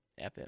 FM